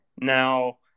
Now